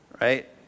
right